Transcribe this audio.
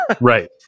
Right